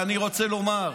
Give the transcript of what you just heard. אני רוצה לומר,